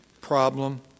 problem